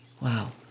Wow